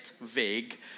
vague